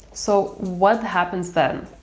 so, what happens then?